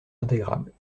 intégrables